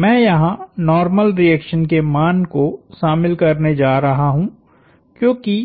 मैं यहां normal reaction के मान को शामिल करने जा रहा हूं क्योंकि